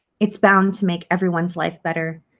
it's bound to make everyone's life better.